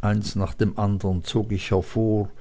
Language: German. eines nach dem andern zog ich